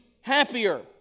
happier